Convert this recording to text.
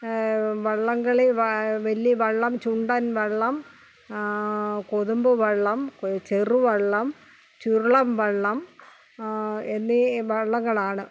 വള്ളംകളി വലിയ വള്ളം ചുണ്ടൻ വള്ളം കൊതുമ്പ് വള്ളം ചെറുവള്ളം ചുരുളൻ വള്ളം എന്നീ വള്ളങ്ങളാണ്